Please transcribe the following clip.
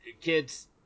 kids